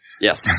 yes